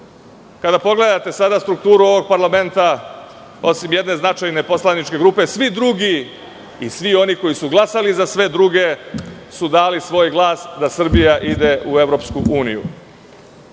Kada pogledate strukturu ovog parlamenta osim jedne značajne poslaničke grupe, svi drugi i svi oni koji su glasali za sve druge su dali svoj glas da Srbija ide u EU.To je